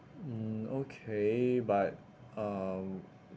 mm okay but um